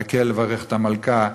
"האל יברך את המלכה".